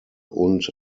und